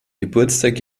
geburtstag